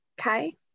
okay